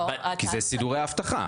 כי אלה סידורי האבטחה.